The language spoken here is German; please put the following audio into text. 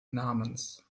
namens